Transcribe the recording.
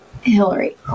Hillary